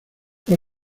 fue